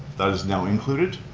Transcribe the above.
that is now included.